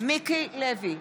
מיקי לוי,